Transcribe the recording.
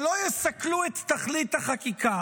שלא יסכלו את תכלית החקיקה.